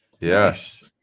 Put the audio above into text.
Yes